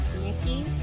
Nikki